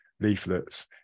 leaflets